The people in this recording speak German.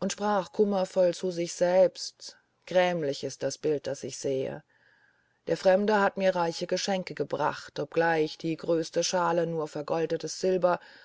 und sprach kummervoll zu sich selbst grämlich ist das bild das ich sehe der fremde hat mir reiche geschenke gebracht obgleich die größte schale nur vergoldetes silber